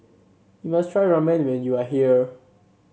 you must try Ramen when you are here